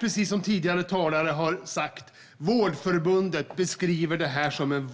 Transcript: Precis som tidigare talare har sagt beskriver Vårdförbundet detta som en